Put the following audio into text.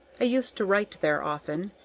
i used to write there often,